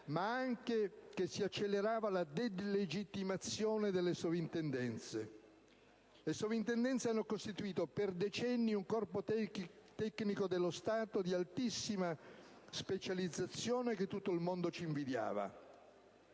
Paese, ma si accelerava anche la delegittimazione delle Soprintendenze. Le Soprintendenze hanno costituito per decenni un corpo tecnico dello Stato di altissima specializzazione che tutto il mondo ci invidiava.